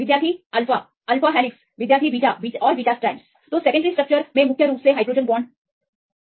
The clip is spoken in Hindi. विद्यार्थी अल्फा अल्फा हेलिक्स और बीटा स्ट्रैंड्स सेकेंडरी स्ट्रक्चरस मुख्य रूप से हाइड्रोजन बांड द्वारा बनाई जाती है